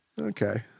Okay